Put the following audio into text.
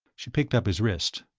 she picked up his wrist.